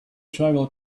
tribal